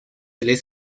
del